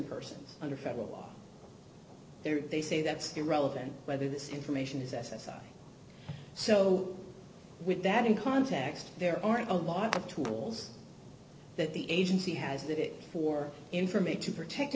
persons under federal law there they say that's irrelevant whether this information is s s i so with that in context there aren't a lot of tools that the agency has that for information to protect